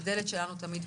הדלת שלנו פתוחה תמיד.